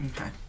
Okay